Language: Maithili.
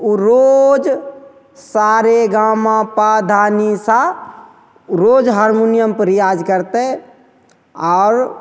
ओ रोज सा रे गा मा पा धा नी सा रोज हारमोनिअमपर रिआज करतै आओर